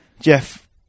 Jeff